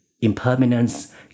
impermanence